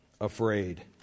afraid